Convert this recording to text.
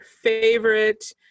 favorite